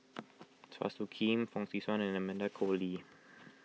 Chua Soo Khim Fong Swee Suan and Amanda Koe Lee